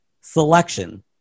selection